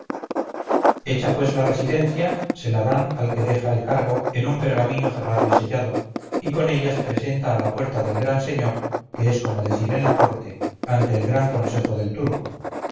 hecha pues la residencia se la dan al que deja el cargo en un pergamino cerrado y sellado y con ella se presenta a la puerta del gran señor que es como decir en la corte ante el gran consejo del turco